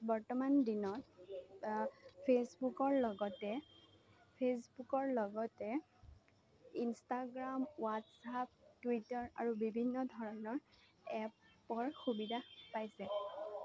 বৰ্তমান দিনত ফেচবুকৰ লগতে ফেচবুকৰ লগতে ইনষ্টাগ্ৰাম ৱাটছআপ টুইটাৰ আৰু বিভিন্ন ধৰণৰ এপৰ সুবিধা পাইছে